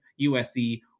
USC